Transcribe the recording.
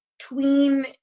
tween